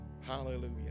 Hallelujah